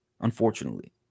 unfortunately